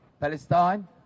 Palestine